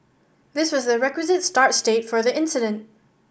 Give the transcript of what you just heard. this was the requisite start state for the incident